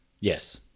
yes